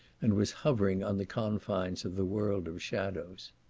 and was hovering on the confines of the world of shadows.